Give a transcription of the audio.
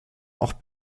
auch